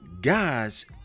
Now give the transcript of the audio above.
Guys